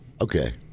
Okay